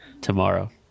Tomorrow